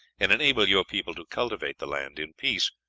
and enable your people to cultivate the land in peace,